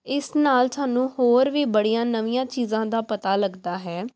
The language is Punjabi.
ਇਸ ਨਾਲ ਸਾਨੂੰ ਹੋਰ ਵੀ ਬੜੀਆਂ ਨਵੀਆਂ ਚੀਜ਼ਾਂ ਦਾ ਪਤਾ ਲੱਗਦਾ ਹੈ